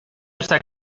usted